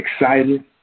excited